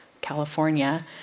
California